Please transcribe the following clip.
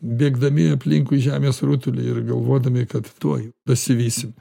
bėgdami aplinkui žemės rutulį ir galvodami kad tuoj pasivysim